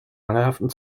mangelhaften